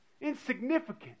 insignificant